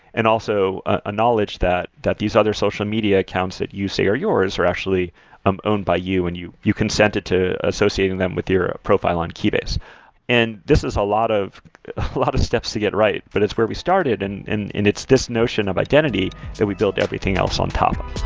and also a knowledge that that these other social media accounts that you say are yours are actually um owned by you. and you you consented to associating them with your profile on keybase and this is a lot of lot of steps to get right, but it's where we started and and and it's this notion of identity that we built everything else on top